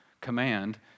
command